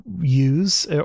use